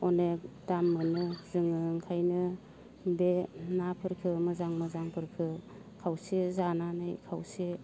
अनेख दाम मोनो जोङो ओंखायनो बे नाफोरखो मोजां मोजांफोरखो खावसे जानानै खावसे